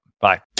Bye